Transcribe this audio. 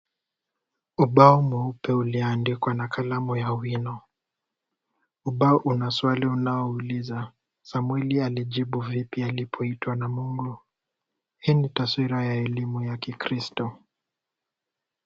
Ubao mweupe ulioandikwa na kalamu ya wino. Ubao una swali unaouliza, Samweli alijibu vipi alipoitwa na Mungu?. Hii ni taswira ya elimu ya kikristo.